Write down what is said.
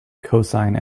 cosine